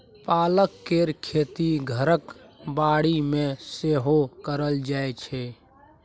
पालक केर खेती घरक बाड़ी मे सेहो कएल जाइ छै